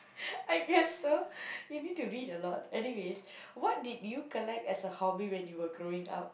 I guess so you need to read a lot anyway what did you collect as a hobby when you were growing up